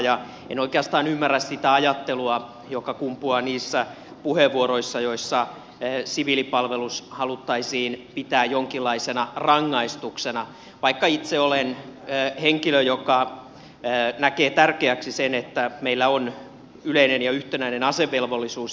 en oikeastaan ymmärrä sitä ajattelua joka kumpuaa niissä puheenvuoroissa joissa siviilipalvelus haluttaisiin pitää jonkinlaisena rangaistuksena vaikka itse olen henkilö joka näkee tärkeäksi sen että meillä on yleinen ja yhtenäinen asevelvollisuus